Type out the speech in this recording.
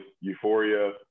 euphoria